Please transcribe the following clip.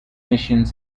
missions